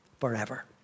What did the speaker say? forever